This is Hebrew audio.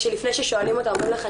ולפני ששואלים אותה אומרים לך,